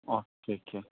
okay okay